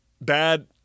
bad